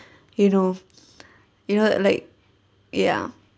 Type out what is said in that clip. you know you know like ya